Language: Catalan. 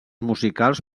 musicals